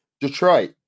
Detroit